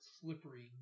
slippery